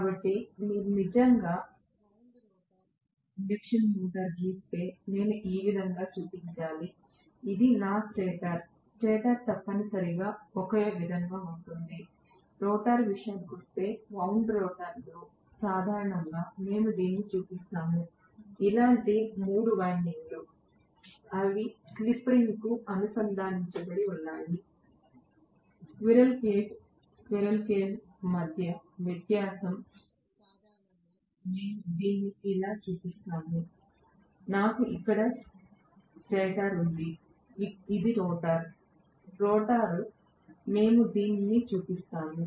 కాబట్టి మీరు నిజంగా వౌండ్ రోటర్ ఇండక్షన్ మోటారును గీస్తే నేను ఈ విధంగా చూపించాలి ఇది నా స్టేటర్ స్టేటర్ తప్పనిసరిగా ఒకే విధంగా ఉంటుంది రోటర్ విషయానికొస్తే వౌండ్ రోటర్లో సాధారణంగా మేము దీన్ని చూపిస్తాము ఇలాంటి మూడు వైండింగ్లు అవి స్లిప్ రింగ్కు అనుసంధానించబడి ఉన్నాయి స్క్విరెల్ కేజ్ స్క్విరెల్ కేజ్ మధ్య వ్యత్యాసం సాధారణంగా మేము దీన్ని ఇలా చూపిస్తాము నాకు ఇక్కడ స్టేటర్ ఉంది ఇది రోటర్ రోటర్ మేము దీనిని చూపిస్తాము